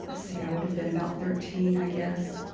ah see, i would have been about thirteen i guess.